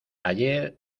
ayer